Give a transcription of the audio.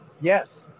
yes